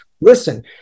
listen